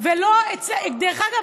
דרך אגב,